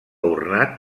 ornat